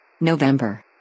November